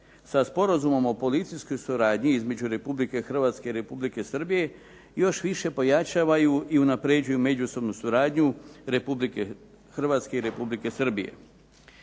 sa Sporazumom o policijskoj suradnji između Republike Hrvatske i Republike Srbije još više pojačavaju i unapređuju međusobnu suradnju Republike Hrvatske i Republike Srbije.